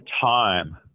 time